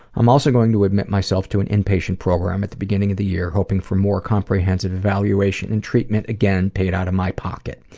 i'm also going to admit myself to an inpatient program at the beginning of the year, hoping for more comprehensive evaluation and treatment, again paid out of my pocket.